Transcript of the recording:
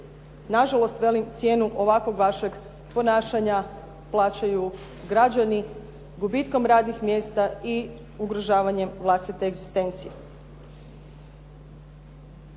Nažalost velim, cijenu ovakvog vašeg ponašanja plaćaju građani gubitkom radnih mjesta i ugrožavanjem vlastite egzistencije.